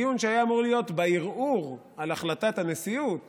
הדיון שהיה אמור להיות בערעור על החלטת הנשיאות